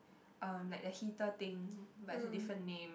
um like the heater thing but it's a different name